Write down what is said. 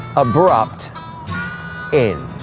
abrupt end.